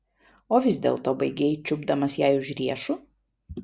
o vis dėlto baigei čiupdamas jai už riešų